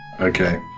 Okay